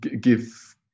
give